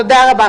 תודה רבה.